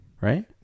Right